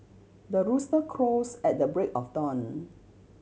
the rooster crows at the break of dawn